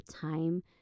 time